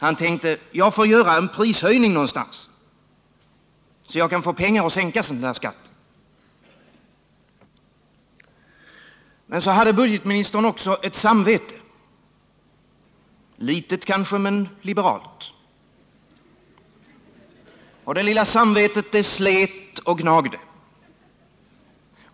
Han tänkte: Jag får göra en prishöjning nånstans, så att jag kan få pengar att sänka skatten. Men budgetministern hade också ett samvete, litet kanske men liberalt. Det lilla samvetet slet och gnagde.